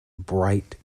bright